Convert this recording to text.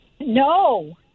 No